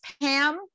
Pam